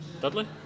Dudley